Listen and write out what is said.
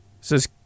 says